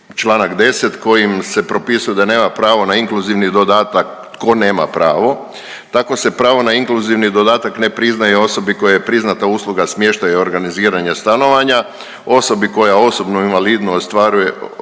članak 10. kojim se propisuje da nema pravo na inkluzivni dodatak, tko nema pravo. Tako se pravo na inkluzivni dodatak ne priznaje osobi kojoj je priznata usluga smještaja i organiziranja stanovanja. Osobi koja osobnu invalidnost ostvaruje